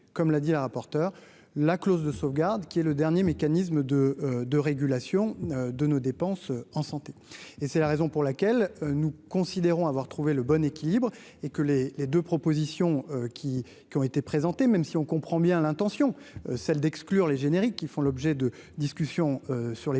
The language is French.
comme l'a dit le rapporteur, la clause de sauvegarde qui est le dernier mécanisme de de régulation de nos dépenses en santé et c'est la raison pour laquelle nous considérons avoir trouvé le bon équilibre et que les les 2 propositions qui qui ont été présentés, même si on comprend bien l'intention, celle d'exclure les génériques qui font l'objet de discussions sur les